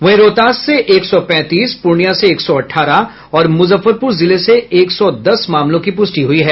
वहीं रोहतास से एक सौ पैंतीस पूर्णियां से एक सौ अठारह और मुजफ्फरपुर जिले से एक सौ दस मामलों की पुष्टि हुई है